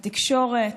התקשורת,